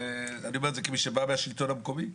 אני אומר את זה כמי שבא מן השלטון המקומי.